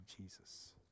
Jesus